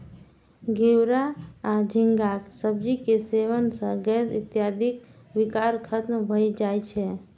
घिवरा या झींगाक सब्जी के सेवन सं गैस इत्यादिक विकार खत्म भए जाए छै